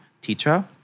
teacher